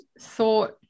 thought